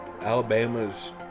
Alabama's